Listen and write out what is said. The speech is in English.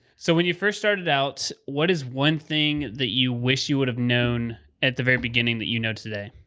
so when you first started out, what is one thing that you wish you would have known at the very beginning that you know today?